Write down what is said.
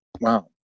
Wow